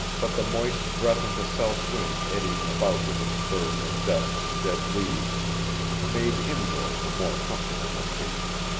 but the moist breath of the south wind eddying about with its burden of dust and dead leaves made indoors a more comfortable location,